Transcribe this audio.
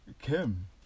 Kim